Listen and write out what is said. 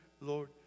Lord